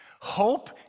Hope